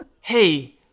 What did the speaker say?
hey